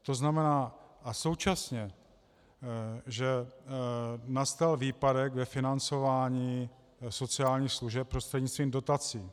To znamená současně, že nastal výpadek ve financování sociálních služeb prostřednictvím dotací.